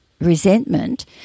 resentment